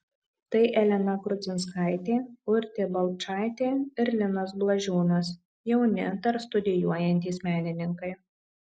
tai elena grudzinskaitė urtė balčaitė ir linas blažiūnas jauni dar studijuojantys menininkai